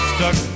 Stuck